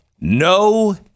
no